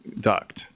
duct